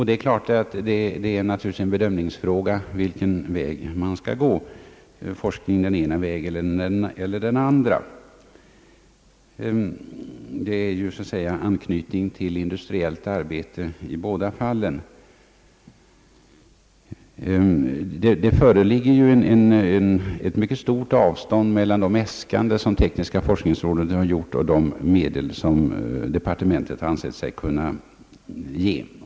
Det är naturligtvis en bedömningsfråga vilken väg man skall gå i fråga om denna forskning. Det blir ju så att säga anknytning till industriellt arbete i båda fallen. Det föreligger en mycket stor skillnad mellan de äskanden som tekniska forskningsrådet har gjort och de medel som departementet ansett sig kunna ge.